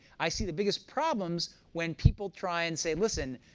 i see the biggest problems when people try and say, listen,